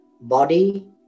body